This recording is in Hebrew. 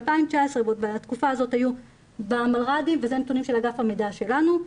ב-2019 בתקופה הזאת היו במלר"דים מנתוני דף המידע שלנו,